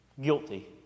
Guilty